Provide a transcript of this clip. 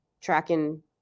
tracking